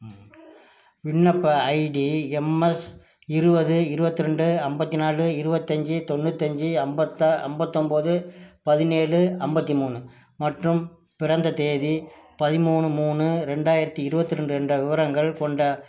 விண்ணப்ப ID MS இருபது இருபத்தி ரெண்டு ஐம்பத்தி நாலு இருபத்தஞ்சி தொண்ணூற்றி அஞ்சு ஐம்பத்தொம்போது பதினேழு ஐம்பத்தி மூணு மற்றும் பிறந்த தேதி பதிமூணு மூணு ரெண்டாயிரத்தி இருபத்தி ரெண்டு என்ற விவரங்கள் கொண்ட